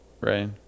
right